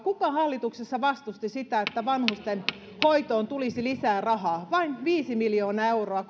kuka hallituksessa vastusti sitä että vanhustenhoitoon tulisi lisää rahaa vain viisi miljoonaa euroa